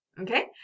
Okay